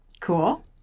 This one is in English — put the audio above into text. Cool